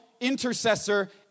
intercessor